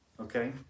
Okay